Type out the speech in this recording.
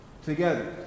together